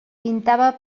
pintava